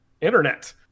internet